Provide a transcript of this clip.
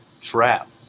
trap